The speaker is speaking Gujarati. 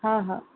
હા હા હા